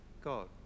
god